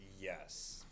Yes